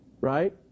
right